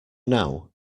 now